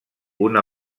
una